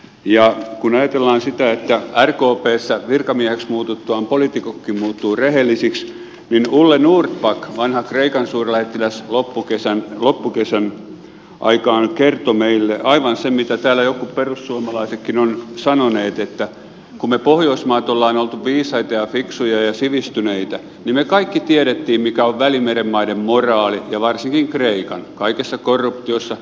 kun ajatellaan sitä että rkpssä virkamiehiksi muututtuaan poliitikotkin muuttuvat rehellisiksi niin ole norrback vanha kreikan suurlähettiläs loppukesän aikaan kertoi meille aivan sen mitä täällä jotkut perussuomalaisetkin ovat sanoneet niin että kun me pohjoismaat olemme olleet viisaita ja fiksuja ja sivistyneitä me kaikki tiesimme mikä on välimeren maiden moraali ja varsinkin kreikan kaikessa korruptiossa